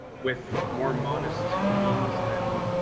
with more modest means than.